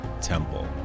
Temple